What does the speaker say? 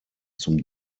zum